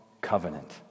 covenant